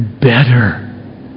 better